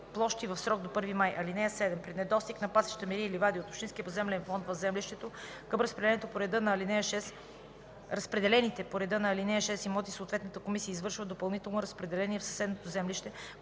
площи в срок до 1 май. (7) При недостиг на пасища, мери и ливади от общинския поземлен фонд в землището, към разпределените по реда на ал. 6 имоти съответната комисия извършва допълнително разпределение в съседно землище,